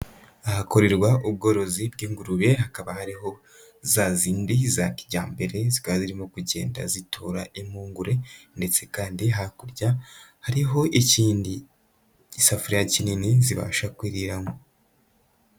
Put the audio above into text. Ahakorerwa ubworozi bw'ingurube hakaba hariho ho za zindi za kijyambere, zika zirimo kugenda zitora imvungure, ndetse kandi hakurya hariho ikindi gisafuriya kinini zibasha kuriramo.